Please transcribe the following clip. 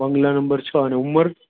બંગલા નંબર છ અને ઉમર